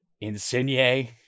Insigne